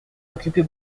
occupez